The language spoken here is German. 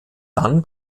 dann